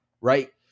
Right